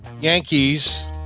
Yankees